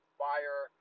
fire